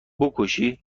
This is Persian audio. بکشی